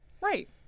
Right